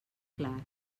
clar